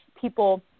people